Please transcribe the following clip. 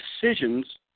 decisions